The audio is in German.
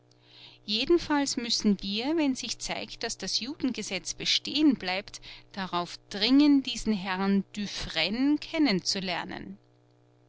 jedenfalls müssen wir wenn sich zeigt daß das judengesetz bestehen bleibt darauf dringen diesen herrn dufresne